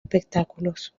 espectáculos